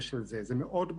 חשוב מאוד,